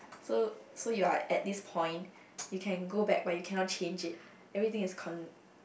so so you are at this point you can go back but you cannot change it everything is